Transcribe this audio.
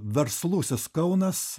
verslusis kaunas